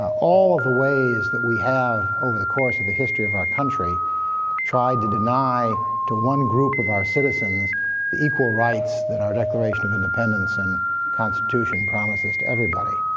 all of the ways that we have over the course of the history of our country tried to deny to one group of our citizens the equal rights that our declaration of independence and constitution promises to everybody.